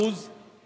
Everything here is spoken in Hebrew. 4%